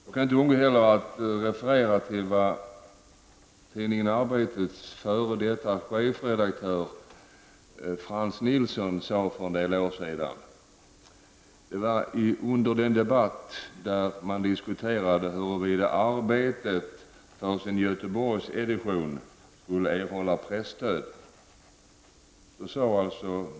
Jag kan inte låta bli att referera till vad tidningen Arbetets f.d. chefredaktör Frans Nilsson uttalade för en del år sedan under den debatt där man diskuterade huruvida Arbetet för sin Göteborgsedition skulle erhålla presstöd.